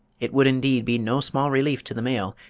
it would indeed be no small relief to the male,